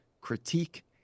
critique